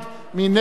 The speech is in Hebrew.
מי נמנע?